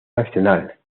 nacional